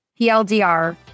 PLDR